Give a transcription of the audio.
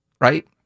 Right